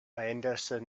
henderson